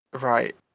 Right